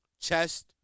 chest